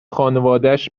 خانوادش